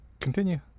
continue